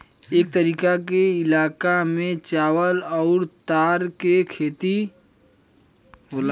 ए तरीका के इलाका में चावल अउर तार के खेती होला